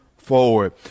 Forward